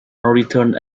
returned